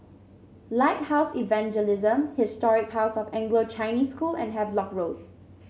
Lighthouse Evangelism Historic House of Anglo Chinese School and Havelock Road